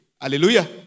Hallelujah